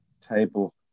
table